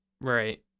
right